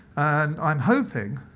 and i'm hoping